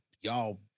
Y'all